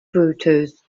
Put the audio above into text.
brutus